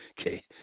Okay